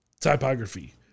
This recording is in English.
typography